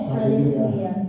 Hallelujah